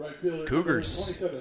Cougars